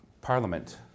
Parliament